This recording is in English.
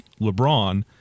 LeBron